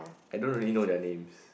I don't really know their names